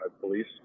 Police